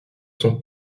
sont